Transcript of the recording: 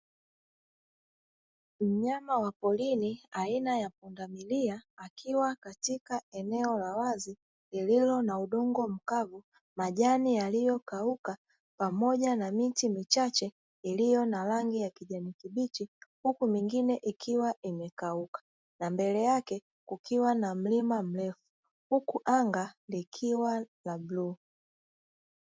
Mnyama wa porini aina ya punda milia akiwa katika eneo la wazi lililo na udongo mkavu majani yaliyo kauka pamoja na miti michache iliyo na rangi ya kijani kibichi huku mingine ikiwa imekauka na mbele yake kukiwa na mlima mrefu huku anga likiwa la bluu